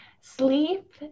sleep